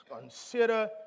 consider